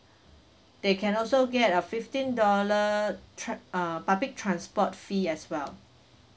they can also get a fifteen dollar tra~ ah public transport fee as well